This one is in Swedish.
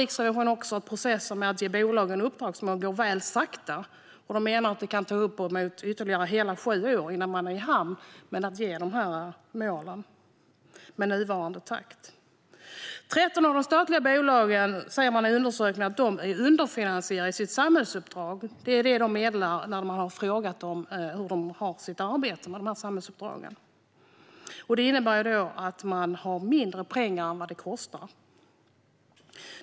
Riksrevisionen påtalar också att processen med att ge bolagen uppdragsmål går väl sakta och menar att det kan ta ytterligare uppemot hela sju år med nuvarande takt innan man är i hamn med att ge de här målen. 13 av de statliga bolagen säger i undersökningen att de är underfinansierade i sitt samhällsuppdrag. Det är det de har meddelat när man har frågat dem om deras arbete med de här samhällsuppdragen. Det innebär att man har mindre pengar än vad det kostar.